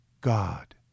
God